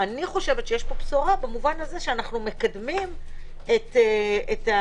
אני חושבת שיש פה בשורה במובן הזה שאנו מקדמים את ההתייחסות,